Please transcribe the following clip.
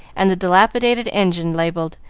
and the dilapidated engine labelled,